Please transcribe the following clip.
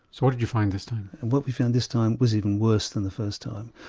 so what did you find this time? and what we found this time was even worse than the first time.